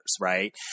right